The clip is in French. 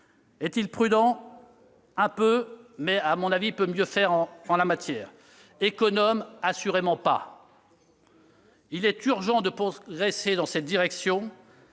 Est-il prudent ? Un peu, mais il peut à mon avis mieux faire en la matière. Économe ? Assurément pas. Il est urgent de progresser dans cette direction,